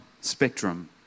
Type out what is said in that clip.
spectrum